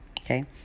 Okay